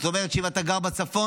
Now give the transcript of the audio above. זאת אומרת שאם אתה גר בצפון,